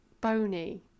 Bony